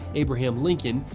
abraham lincoln,